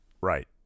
Right